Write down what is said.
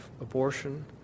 abortion